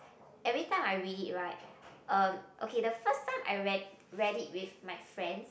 every time I read it right uh okay the first time I read read it with my friends